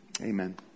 Amen